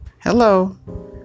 hello